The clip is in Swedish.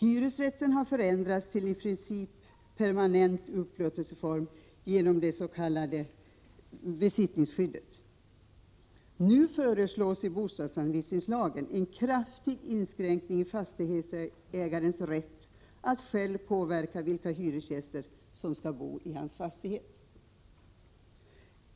Hyresrätten har förändrats till en i princip permanent upplåtelseform genom det s.k. besittningsskyddet. Nu föreslås i bostadsanvisningslagen en kraftig inskränkning av fastighetsägares rätt att själv påverka vilka hyresgäster som skall bo i hans fastighet.